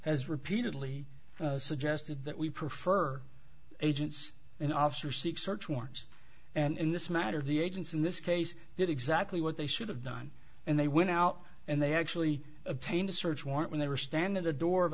has repeatedly suggested that we prefer agents and officers seek search warrants and in this matter the agents in this case did exactly what they should have done and they went out and they actually obtained a search warrant when they were stand in the door of